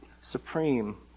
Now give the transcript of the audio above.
supreme